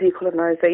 decolonization